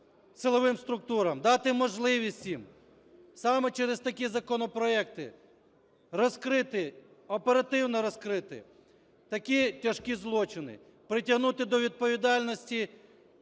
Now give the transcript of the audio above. дати можливість їм саме через такі законопроекти розкрити, оперативно розкрити такі тяжкі злочини, притягнути до відповідальності